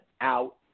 out